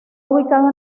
ubicado